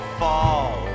fall